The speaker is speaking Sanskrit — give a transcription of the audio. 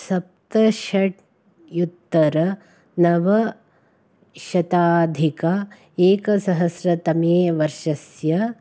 सप्तषड्युत्तरनवशताधिक एकसहस्रतमे वर्षस्य